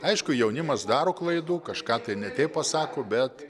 aišku jaunimas daro klaidų kažką tai ne taip pasako bet